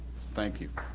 thank you.